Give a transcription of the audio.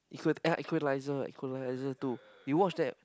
equator ah Equalizer Equalizer Two you watched that